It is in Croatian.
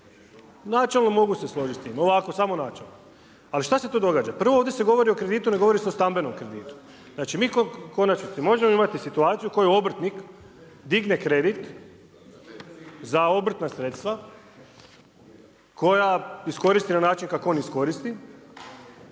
Načelno mogu se složiti s tim, ovako, samo načelno. Ali šta se tu događa? Prvo, ovdje se govori o kreditu, ne govori se o stambenom kreditu. Znači mi u konačnici možemo imati situaciju koju obrtnik digne kredit, za obrtna sredstva, koja iskoristi na način kako on iskoristi,